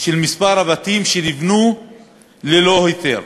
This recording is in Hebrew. של מספר הבתים שנבנו ללא היתר.